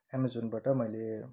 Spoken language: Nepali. एमाजोनबाट मैले